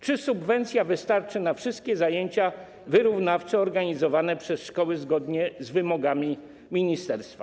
Czy subwencja wystarczy na wszystkie zajęcia wyrównawcze organizowane przez szkoły zgodnie z wymogami ministerstwa?